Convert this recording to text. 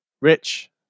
Rich